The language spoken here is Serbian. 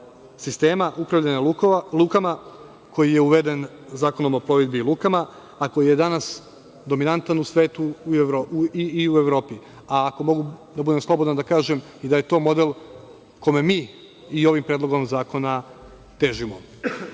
sistema upravljanja lukama koji je uveden Zakonom o plovidbi i lukama, a koji je danas dominantan u svetu i u Evropi. Ako mogu da budem slobodan da kažem i da je to model kome mi i ovim Predlogom zakona težimo. Ne